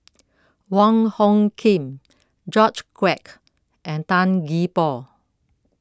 Wong Hung Khim George Quek and Tan Gee Paw